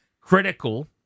critical